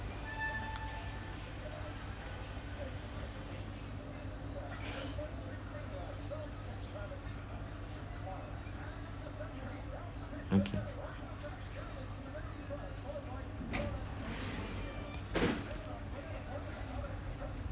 okay